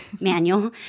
manual